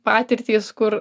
patirtys kur